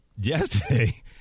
yesterday